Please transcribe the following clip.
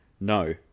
No